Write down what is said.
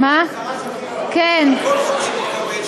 השרה שקד: על כל חוק שמתקבל,